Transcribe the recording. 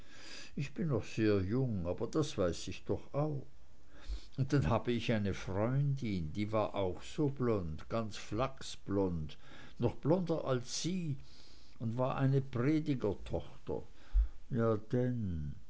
ich bin noch sehr jung aber das weiß ich doch auch und dann habe ich eine freundin die war auch so blond ganz flachsblond noch blonder als sie und war eine predigertochter ja denn